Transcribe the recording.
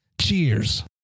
Cheers